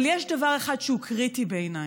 אבל יש דבר אחד שהוא קריטי בעיניי,